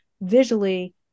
visually